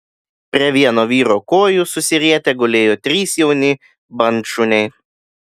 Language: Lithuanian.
prie vieno vyro kojų susirietę gulėjo trys jauni bandšuniai